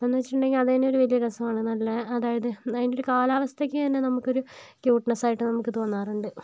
എന്ന് വെച്ചിട്ടുണ്ടെങ്കിൽ അതുതന്നെ ഒരു വലിയ ഒരു രസമാണ് നല്ല അതായത് അതിൻ്റെ ഒരു കാലാവസ്ഥയ്ക്ക് തന്നെ നമുക്കൊരു ക്യൂട്ട്നസ്സായിട്ട് നമുക്ക് തോന്നാറുണ്ട്